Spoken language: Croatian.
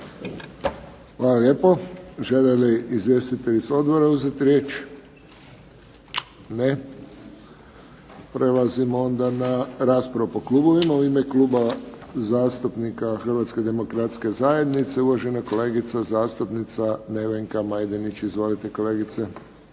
Hvala lijepo. Žele li izvjestitelji odbora uzeti riječ? Ne. Prelazimo onda na raspravu po klubovima. U ime Kluba zastupnika Hrvatske demokratske zajednice uvažena kolegica zastupnica Nevenka Majdenić. Izvolite, kolegice.